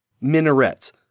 Minarets